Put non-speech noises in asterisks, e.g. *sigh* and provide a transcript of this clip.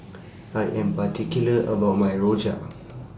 *noise* I Am particular about My Rojak